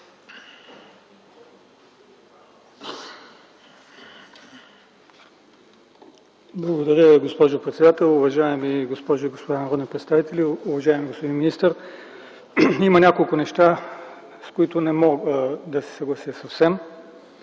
Благодаря Ви, госпожо председател. Уважаеми госпожи и господа народни представители, уважаеми господин министър! Има няколко неща, с които не мога да се съглася съвсем.